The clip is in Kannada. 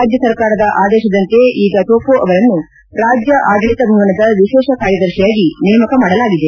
ರಾಜ್ಯ ಸರ್ಕಾರದ ಆದೇಶದಂತೆ ಈಗ ಟೊಮ್ಲೊ ಅವರನ್ನು ರಾಜ್ಯ ಆಡಳಿತ ಭವನದ ವಿಶೇಷ ಕಾರ್ಯದರ್ಶಿಯಾಗಿ ನೇಮಕ ಮಾಡಲಾಗಿದೆ